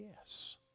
yes